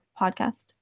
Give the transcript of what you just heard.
podcast